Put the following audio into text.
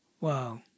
Wow